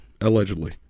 Allegedly